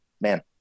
man